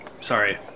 Sorry